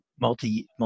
multi